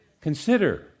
Consider